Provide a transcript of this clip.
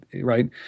right